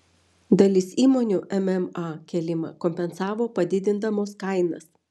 dalis įmonių mma kėlimą kompensavo padidindamos kainas